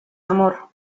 amor